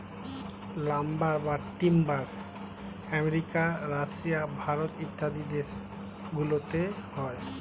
lumber বা timber America, Russia, Bharat ইত্যাদি দেশ গুলোতে হয়